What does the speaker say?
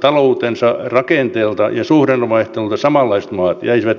taloutensa rakenteelta ja suhdannevaihtelulta samanlaiset maat jäisivät emun ulkopuolelle